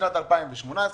בשנת 2018,